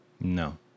No